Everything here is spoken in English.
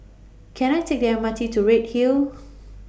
Can I Take The M R T to Redhill